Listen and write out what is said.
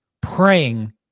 praying